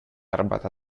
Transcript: арбата